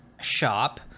shop